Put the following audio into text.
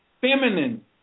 feminine